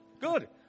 Good